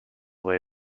way